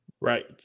Right